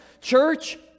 church